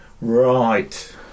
Right